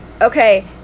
Okay